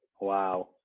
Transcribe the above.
Wow